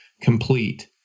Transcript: complete